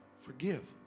Forgive